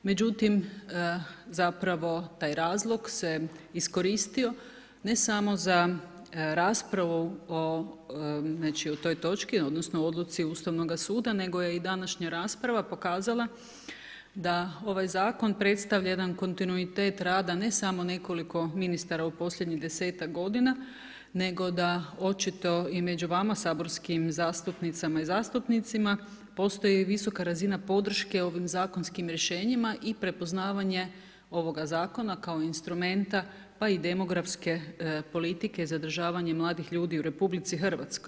Međutim, zapravo taj razlog se iskoristio ne samo za raspravu o toj točki znači odluci Ustavnoga sada, nego je i današnja rasprava pokazala da ovaj zakon predstavlja jedan kontinuitet rada ne samo nekoliko ministara u posljednjih 10-tak godina, nego da očito i među vama saborskim zastupnicama i zastupnicima postoji visoka razina podrške ovim zakonskim rješenjima i prepoznavanje ovoga zakona kao instrumenta pa i demografske politike zadržavanja mladih ljudi u Republici Hrvatskoj.